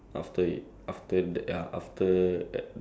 like you go to somewhere for an experience or something